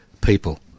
people